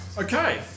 Okay